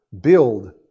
build